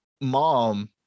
mom